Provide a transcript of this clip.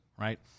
right